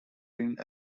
wind